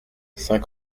saint